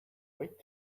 wait